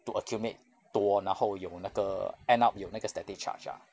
to accumulate 多然后有那个 end up 有那个 static charge ah